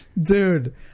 Dude